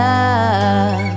love